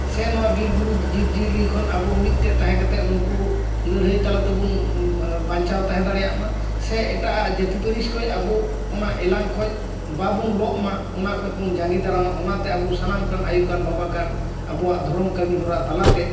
ᱥᱮ ᱱᱚᱣᱟ ᱵᱤᱨ ᱵᱩᱨᱩ ᱡᱤᱵᱽ ᱡᱤᱭᱟᱹᱞᱤ ᱠᱷᱚᱱ ᱢᱤᱫ ᱛᱮ ᱛᱟᱦᱮᱸ ᱠᱟᱛᱮᱫ ᱩᱱᱠᱩ ᱞᱟᱹᱲᱦᱟᱹᱭ ᱛᱟᱞᱟᱛᱮᱵᱚᱱ ᱵᱟᱧᱪᱟᱣ ᱛᱟᱦᱮᱸ ᱫᱟᱲᱮᱭᱟᱜ ᱢᱟ ᱥᱮ ᱮᱴᱟᱜᱼᱟᱜ ᱡᱟᱹᱛᱤ ᱯᱟᱨᱤᱥ ᱠᱷᱚᱡ ᱟᱵᱚ ᱚᱱᱟ ᱮᱞᱟᱝ ᱠᱷᱚᱡ ᱟᱵᱚ ᱵᱟᱵᱚᱱ ᱞᱚᱜ ᱢᱟ ᱚᱱᱟ ᱠᱷᱚᱡ ᱵᱚᱱ ᱡᱟᱸᱜᱮ ᱫᱟᱨᱟᱢᱟ ᱚᱱᱟ ᱛᱮ ᱟᱵᱚ ᱥᱟᱱᱟᱢ ᱠᱟᱱ ᱟᱭᱩ ᱠᱟᱱ ᱵᱟᱵᱟ ᱠᱟᱱ ᱟᱵᱚᱣᱟᱜ ᱫᱷᱚᱨᱚᱢ ᱠᱟᱢᱤ ᱦᱚᱨᱟ ᱛᱟᱞᱟᱛᱮ